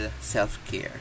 self-care